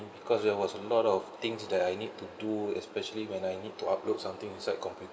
because there was a lot of things that I need to do especially when I need to upload something inside computer